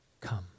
come